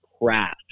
craft